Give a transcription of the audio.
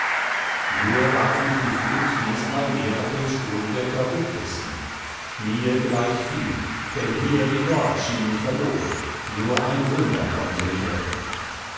nur warf mich die flut diesmal mehr nach dem strudel der charybdis hin mir gleichviel denn hier wie dort schien ich verloren nur ein wunder konnte mich retten